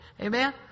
amen